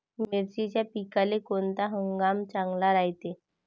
मिर्चीच्या पिकाले कोनता हंगाम चांगला रायते?